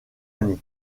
année